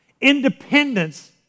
independence